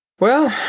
well,